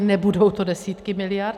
Nebudou to desítky miliard.